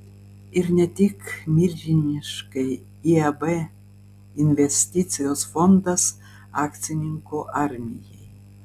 ir ne tik milžiniškai iab investicijos fondas akcininkų armijai